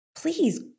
please